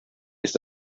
ist